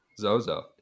Zozo